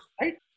right